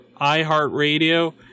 iHeartRadio